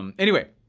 um anyway,